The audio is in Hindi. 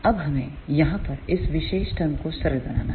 अब हमें यहाँ पर इस विशेष टरम को सरल बनाना है